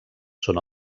són